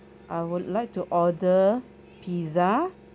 I would like to order pizza